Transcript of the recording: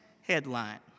headline